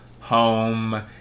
home